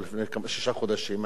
או לפני שישה חודשים,